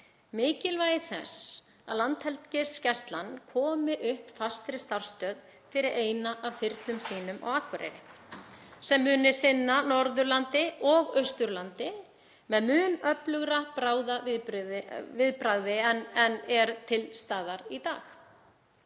mikilvægi þess að Landhelgisgæslan komi upp fastri starfsstöð fyrir eina af þyrlum sínum á Akureyri sem muni sinna Norðurlandi og Austurlandi með mun öflugra bráðaviðbragði en er til staðar í dag.